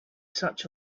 such